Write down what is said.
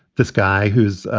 this guy who's,